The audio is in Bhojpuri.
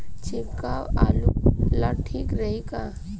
छिड़काव आलू ला ठीक रही का?